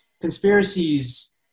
conspiracies